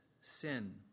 sin